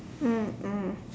mm mm